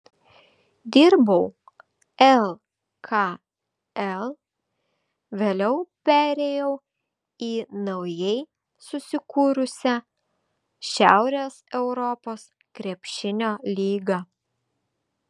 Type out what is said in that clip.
dirbau lkl vėliau perėjau į naujai susikūrusią šiaurės europos krepšinio lygą